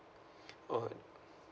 oh